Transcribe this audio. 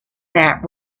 that